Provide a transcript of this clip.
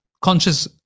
Conscious